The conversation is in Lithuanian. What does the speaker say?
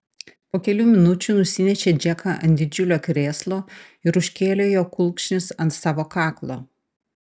po kelių minučių nusinešė džeką ant didžiulio krėslo ir užkėlė jo kulkšnis ant savo kaklo